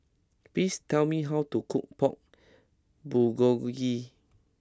please tell me how to cook Pork Bulgogi